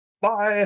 Bye